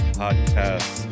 podcast